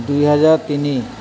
দুহেজাৰ তিনি